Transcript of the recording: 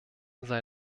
sei